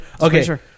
Okay